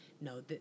No